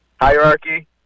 hierarchy